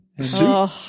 Soup